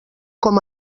com